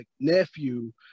nephew